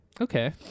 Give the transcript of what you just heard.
Okay